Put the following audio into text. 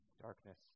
darkness